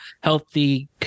healthy